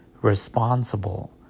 responsible